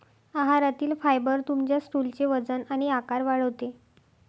आहारातील फायबर तुमच्या स्टूलचे वजन आणि आकार वाढवते